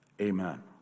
Amen